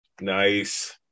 Nice